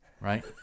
Right